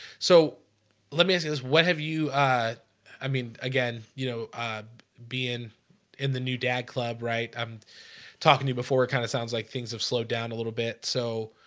so let me ask you this what have you i mean again, you know being in the new dad club, right? i'm talking to before it kind of sounds like things have slowed down a little bit. so